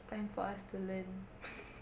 time for us to learn